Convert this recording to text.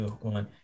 one